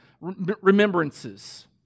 remembrances